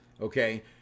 Okay